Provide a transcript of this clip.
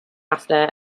after